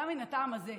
גם מן הטעם הזה,